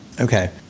Okay